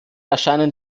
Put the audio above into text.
erscheinen